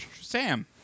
Sam